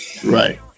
Right